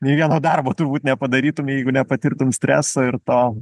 nei vieno darbo turbūt nepadarytum jeigu nepatirtum streso ir to